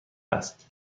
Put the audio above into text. است